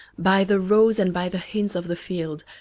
by the roes, and by the hinds of the field,